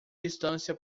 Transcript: distância